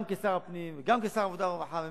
גם כשר הפנים וגם כשר העבודה והרווחה,